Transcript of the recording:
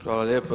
Hvala lijepa.